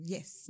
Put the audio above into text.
Yes